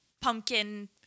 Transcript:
pumpkin